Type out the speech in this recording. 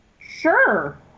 sure